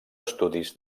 estudis